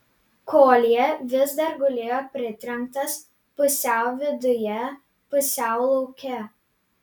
koljė vis dar gulėjo pritrenktas pusiau viduje pusiau lauke